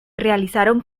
realizaron